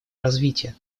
развития